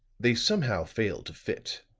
they somehow fail to fit.